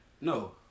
No